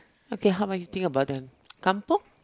okay how about you think about the kampung